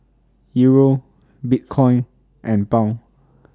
Euro Bitcoin and Pound